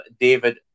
David